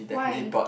why